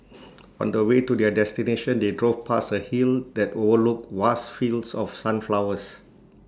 on the way to their destination they drove past A hill that overlooked vast fields of sunflowers